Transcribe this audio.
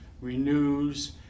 renews